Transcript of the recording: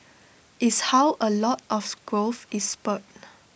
is how A lot of growth is spurred